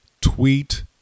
tweet